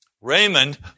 Raymond